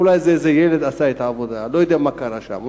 אולי איזה ילד עשה את העבודה, לא יודע מה קרה שם.